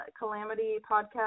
calamitypodcast